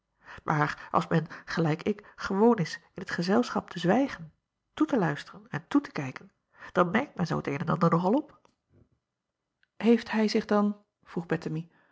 aar als men gelijk ik gewoon is in t gezelschap te zwijgen toe te luisteren en toe te kijken dan merkt men zoo t een en ander nog al op eeft hij zich dan vroeg